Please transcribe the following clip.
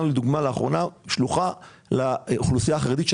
רק לאחרונה הקמנו שלוחה לאוכלוסייה החרדית של